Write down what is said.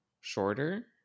shorter